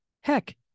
Heck